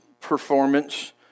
performance